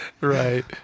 Right